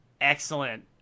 Excellent